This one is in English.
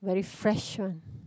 very fresh one